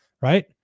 right